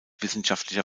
wissenschaftlicher